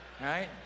right